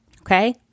Okay